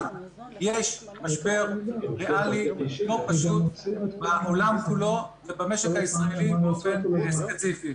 אבל יש משבר ריאלי לא פשוט בעולם כולו ובמשק הישראלי ספציפית.